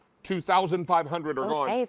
two thousand five hundred are gone.